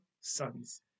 sons